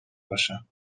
باشم